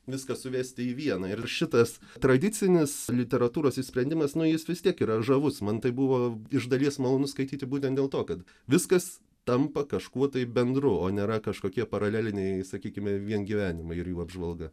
viską suvesti į vieną ir šitas tradicinis literatūros išsprendimas nu jis vis tiek yra žavus man tai buvo iš dalies malonu skaityti būtent dėl to kad viskas tampa kažkuo tai bendru o nėra kažkokie paraleliniai sakykime vien gyvenimai ir jų apžvalga